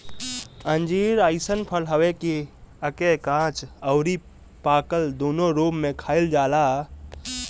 अंजीर अइसन फल हवे कि एके काच अउरी पाकल दूनो रूप में खाइल जाला